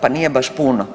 Pa nije baš puno.